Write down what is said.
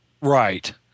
right